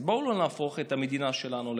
אז בואו לא נהפוך את המדינה שלנו לקג"ב.